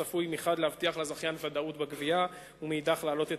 צפוי כי מחד התיקון המוצע יבטיח לזכיין ודאות בגבייה,